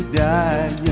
die